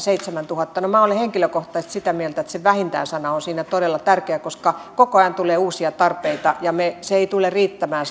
seitsemäntuhatta no minä olen henkilökohtaisesti sitä mieltä että se vähintään sana on siinä todella tärkeä koska koko ajan tulee uusia tarpeita ja se seitsemäntuhatta ei tule riittämään